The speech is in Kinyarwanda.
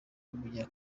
w’umunya